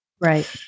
Right